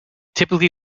typically